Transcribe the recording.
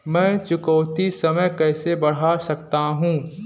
मैं चुकौती समय कैसे बढ़ा सकता हूं?